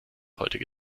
heutige